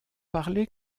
parlé